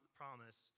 promise